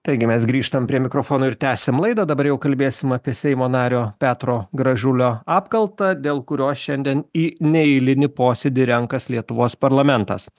taigi mes grįžtam prie mikrofono ir tęsiam laidą dabar jau kalbėsim apie seimo nario petro gražulio apkaltą dėl kurios šiandien į neeilinį posėdį renkas lietuvos parlamentas